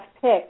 pick